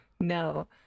no